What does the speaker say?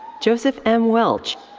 joseph m. welch.